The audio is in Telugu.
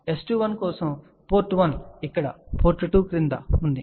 S21 కోసం పోర్ట్ 1 ఇక్కడ పోర్ట్ 2 క్రింద ఉంది